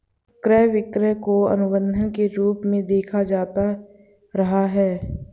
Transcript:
क्रय विक्रय को अनुबन्ध के रूप में देखा जाता रहा है